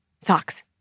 Socks